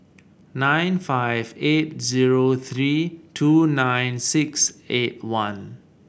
nine five eight zero three two nine six eight one